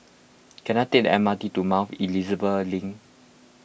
can I take the M R T to Mount Elizabeth Link